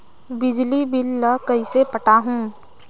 बिजली बिल ल कइसे पटाहूं?